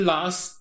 Last